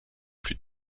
plus